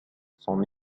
son